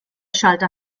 schalter